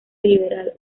liberal